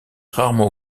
rarement